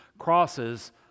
crosses